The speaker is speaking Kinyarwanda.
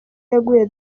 yaguye